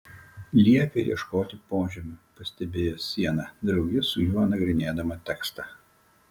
liepia ieškoti požemių pastebėjo siena drauge su juo nagrinėdama tekstą